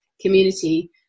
community